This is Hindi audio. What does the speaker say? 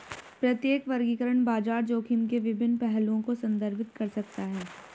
प्रत्येक वर्गीकरण बाजार जोखिम के विभिन्न पहलुओं को संदर्भित कर सकता है